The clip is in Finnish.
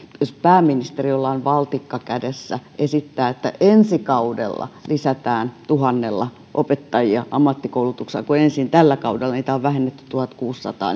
jos pääministeri jolla on valtikka kädessä esittää että ensi kaudella lisätään tuhannella opettajia ammattikoulutukseen kun ensin tällä kaudella niitä on vähennetty tuhatkuusisataa